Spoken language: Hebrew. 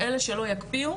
אלה שלא יקפיאו